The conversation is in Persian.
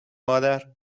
مادر